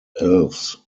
elves